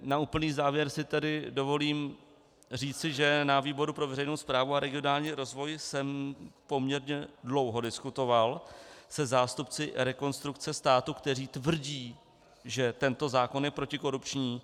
Na úplný závěr si tedy dovolím říci, že na výboru pro veřejnou správu a regionální rozvoj jsem poměrně dlouho diskutoval se zástupci Rekonstrukce státu, kteří tvrdí, že tento zákon je protikorupční.